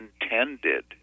intended